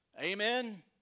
Amen